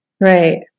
Right